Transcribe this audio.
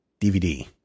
DVD